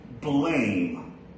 blame